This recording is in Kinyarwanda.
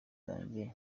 zanjye